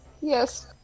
Yes